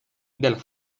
del